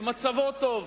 ומצבו טוב.